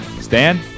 Stan